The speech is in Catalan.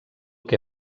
que